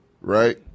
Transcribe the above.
right